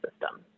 system